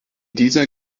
dieser